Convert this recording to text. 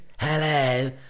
Hello